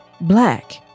black